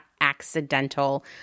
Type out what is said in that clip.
accidental